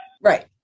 Right